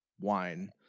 wine